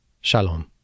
Shalom